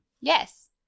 Yes